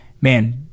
Man